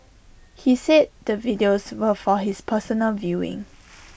he said the videos were for his personal viewing